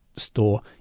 store